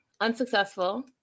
Unsuccessful